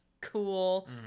cool